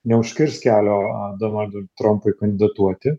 neužkirs kelio donaldui trampui kandidatuoti